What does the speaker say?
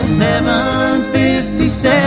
757